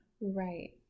Right